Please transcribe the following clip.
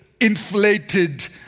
inflated